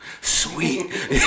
sweet